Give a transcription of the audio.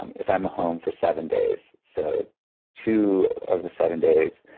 um if i'm home for seven days. so two of the seven days,